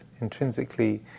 intrinsically